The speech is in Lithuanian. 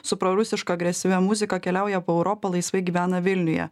su prorusiška agresyvia muzika keliauja po europą laisvai gyvena vilniuje